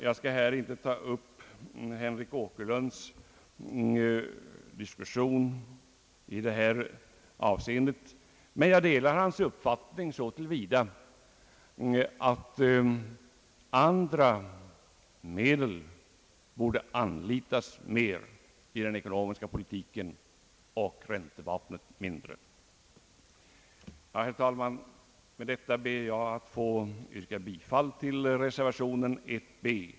Jag skall inte ta upp herr Henrik Åkerlunds inlägg i detta avseende, men jag delar hans uppfattning så till vida att andra medel borde anlitas mer i den ekonomiska politiken och räntevapnet mindre. Med detta ber jag, herr talman, att få yrka bifall till reservation 1 b.